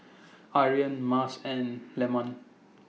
Aryan Mas and Leman